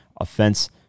offense